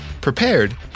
prepared